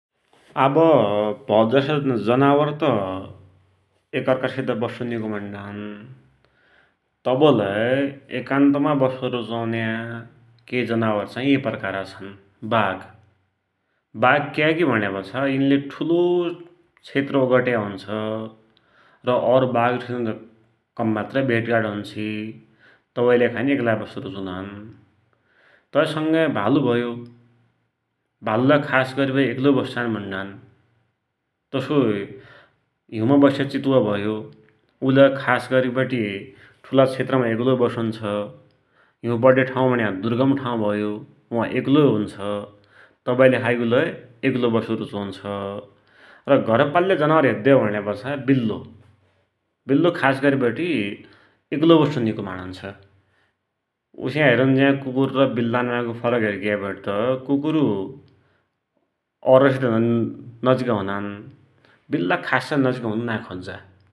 आब भौत जसा जनावर त एक अर्खासित बस्सु निको माण्डान, तवलै एकान्तमा बस्सु रुचुन्या केइ जनावर चाइ ये प्रकारका छन् । बाघ, बाघ क्याकी भुण्यापाछा यिनले ठुलो क्षेत्र ओगट्या हुन्छ, र और बाघसित कम मात्रै भेटघाट हुन्छि तबैकी लेखा लै एकलाइ बस्सु रुचुनान, तै संगै भालु भयो, भालुलै खास गरिबटे एकलोइ बस्सान भुण्णान । तसोई हिउमा बस्या चितुवा भयो, उ लै खासगरी वटी ठुला क्षेत्रमा एक्लोई बसुन्छ । हिउ पड्या ठाउ भुण्या दुर्गम ठाउ भयो वा एक्लोई हुन्छ । तबैलेखा यो लै एक्लो बस्सु रुचुन्छ । र घर पाल्या जनावर हेद्द्यौ भुण्यापाछा बिल्लो । बिल्लो खास गरिबटि एक्लोई बस्सु निको मडुञ्छ । उस्या हेरुन्ज्या कुकुर र बिल्लान माइ को फरक हेरिग्याबटित कुकुरु औरसित नजिक औनान बिल्ला खासै नजिक औन नाइँ खोज्जा ।